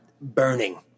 burning